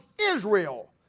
Israel